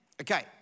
Okay